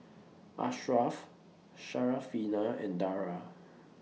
Ashraf Syarafina and Dara